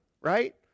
right